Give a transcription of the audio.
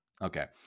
Okay